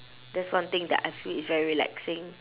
that's one thing that I feel is very relaxing